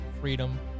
freedom